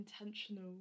intentional